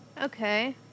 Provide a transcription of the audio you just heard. Okay